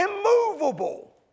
Immovable